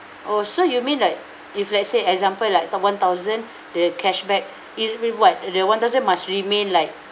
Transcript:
oh so you mean like if let's say example like the one thousand the cashback is reward the one thousand must remain like